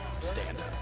stand-up